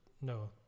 no